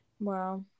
wow